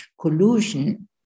collusion